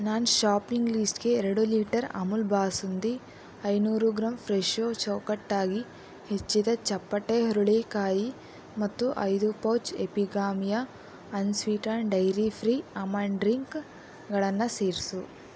ನನ್ನ ಶಾಪಿಂಗ್ ಲೀಸ್ಟ್ಗೆ ಎರಡು ಲೀಟರ್ ಅಮುಲ್ ಬಾಸುಂದಿ ಐನೂರು ಗ್ರಾಮ್ ಫ್ರೆಶೋ ಚೌಕಟ್ಟಾಗಿ ಹೆಚ್ಚಿದ ಚಪ್ಪಟೆ ಹುರುಳಿಕಾಯಿ ಮತ್ತು ಐದು pouch Epigamia unsweetened dairy free almond ಡ್ರಿಂಕ್ಗಳನ್ನು ಸೇರಿಸು